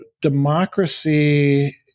democracy